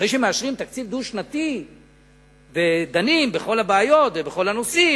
אחרי שמאשרים תקציב דו-שנתי ודנים בכל הבעיות ובכל הנושאים,